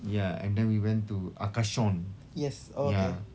ya and then we went to arcachon ya